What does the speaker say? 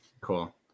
Cool